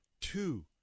two